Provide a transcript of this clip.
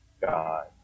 God